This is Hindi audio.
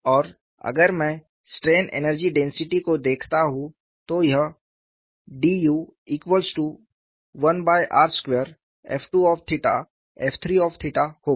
और अगर मैं स्ट्रेन एनर्जी डेंसिटी को देखता हूं तो यह dU1r2f2f3 होगा